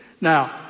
Now